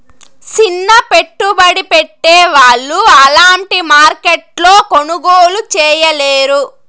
సిన్న పెట్టుబడి పెట్టే వాళ్ళు అలాంటి మార్కెట్లో కొనుగోలు చేయలేరు